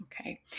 okay